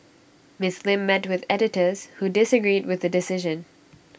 miss Lim met with editors who disagreed with the decision